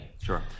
Sure